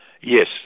Yes